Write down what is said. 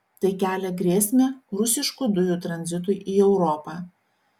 tai kelia grėsmę rusiškų dujų tranzitui į europą